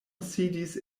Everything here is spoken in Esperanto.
sidis